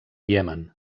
iemen